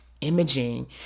imaging